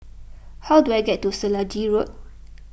how do I get to Selegie Road